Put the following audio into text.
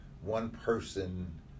one-person